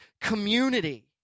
community